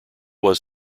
was